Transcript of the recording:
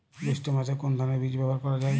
জৈষ্ঠ্য মাসে কোন ধানের বীজ ব্যবহার করা যায়?